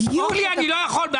לא, לא.